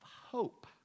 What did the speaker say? hope